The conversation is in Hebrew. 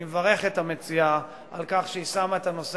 אני מברך את המציעה על כך שהיא שמה את הנושא